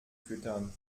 füttern